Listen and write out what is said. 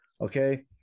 Okay